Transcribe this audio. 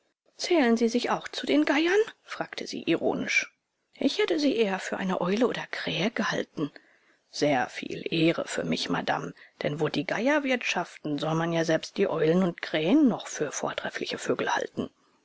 zählen sie sich auch zu den geiern fragte sie ironisch ich hätte sie eher für eine eule oder krähe gehalten sehr viel ehre für mich madame denn wo die geier wirtschaften soll man ja selbst die eulen und krähen noch für vortreffliche vögel halten